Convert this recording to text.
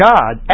God